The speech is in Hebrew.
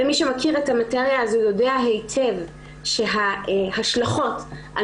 מי שמכיר את המטריה הזו יודע היטב שההשלכות על